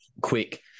quick